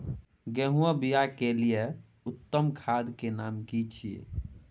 गेहूं बोअ के लिये उत्तम खाद के नाम की छै?